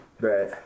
Right